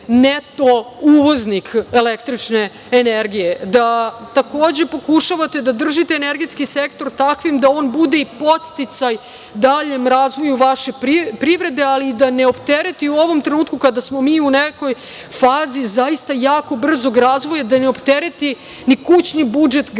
neto uvoznik električne energije, da takođe pokušavate da držite energetski sektor takvim da on bude i podsticaj daljem razvoju vaše privrede, ali da ne optereti u ovom trenutku kada smo mi u nekoj fazi zaista jako brzog razvoja, da ne optereti ni kućni budžet građana. Sve